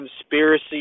conspiracy